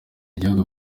ibihugu